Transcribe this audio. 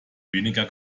weniger